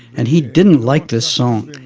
and he didn't like this song.